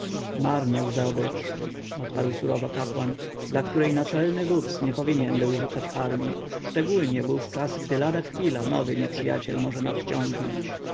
zdobycz odparł surowo kapłan dla której naczelny wódz nie powinien był rzucać armji szczególnie wówczas gdy lada chwilę nowy nieprzyjaciel może nadciągnąć